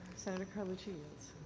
senator carlucci yields.